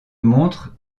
montre